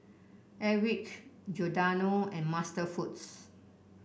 Airwick Giordano and MasterFoods